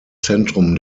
zentrum